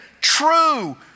true